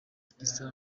christiano